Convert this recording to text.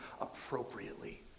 appropriately